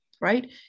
right